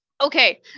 Okay